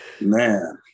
Man